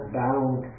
bound